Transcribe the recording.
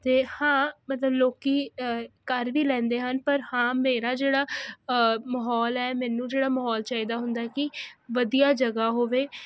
ਤੇ ਹਾਂ ਮਤਲਬ ਲੋਕੀਂ ਕਰ ਵੀ ਲੈਂਦੇ ਹਨ ਪਰ ਹਾਂ ਮੇਰਾ ਜਿਹੜਾ ਮਹੌਲ ਐ ਮੈਨੂੰ ਜਿਹੜਾ ਮਹੌਲ ਚਾਈਦਾ ਹੁੰਦਾ ਕੀ ਵਧੀਆ ਜਗ੍ਹਾ ਹੋਵੇ